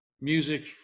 music